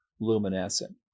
luminescent